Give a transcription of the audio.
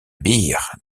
beer